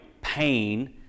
pain